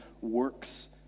works